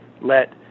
let